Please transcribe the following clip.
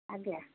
ଆଜ୍ଞା